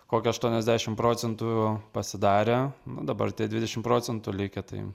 kokie aštuoniasdešimt procentų pasidarė na dabar tie dvidešimt procentų likę tai